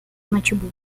notebook